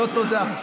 לא, תודה.